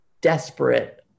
desperate